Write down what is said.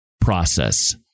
process